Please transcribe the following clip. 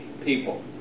people